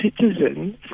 citizens